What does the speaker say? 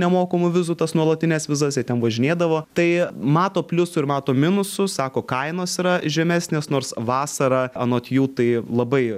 nemokamų vizų tas nuolatines vizas jie ten važinėdavo tai mato pliusų ir mato minusų sako kainos yra žemesnės nors vasarą anot jų tai labai